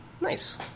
Nice